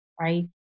right